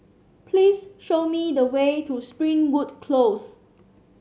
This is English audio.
please show me the way to Springwood Close